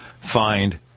find